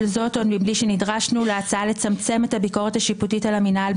כל זאת עוד מבלי שנדרשנו להצעה לצמצם את הביקורת השיפוטית על המינהל,